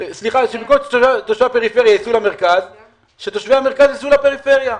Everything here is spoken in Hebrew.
שתושבי המרכז ייסעו לפריפריה.